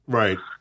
right